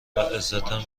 عزتم